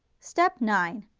step nine,